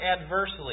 adversely